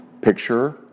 Picture